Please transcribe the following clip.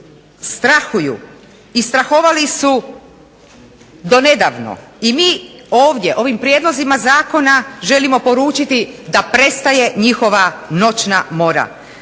strahuju i strahovali su do nedavno i mi ovim Prijedlozima zakona želimo poručiti da prestaje njihova noćna mora.